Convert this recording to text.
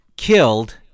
Killed